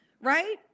Right